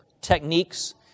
techniques